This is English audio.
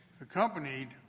accompanied